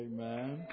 Amen